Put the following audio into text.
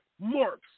marks